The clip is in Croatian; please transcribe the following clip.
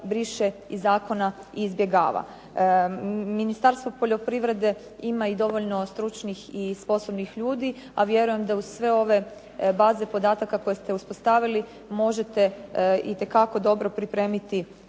i izbjegava. Ministarstvo poljoprivrede ima i dovoljno stručnih i sposobnih ljudi, a vjerujem da uz sve ove baze podatka koje ste uspostavili možete itekako dobro pripremiti